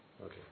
Okay